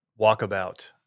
walkabout